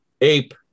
ape